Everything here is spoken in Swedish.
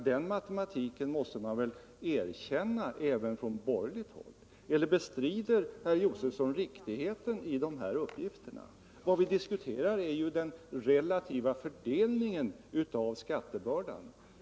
Den matematiken måste man väl erkänna även på borgerligt håll? Eller bestrider herr Josefson riktigheten i de här lämnade uppgifterna? Vad vi diskuterar är ju den relativa fördelningen av skattebördan.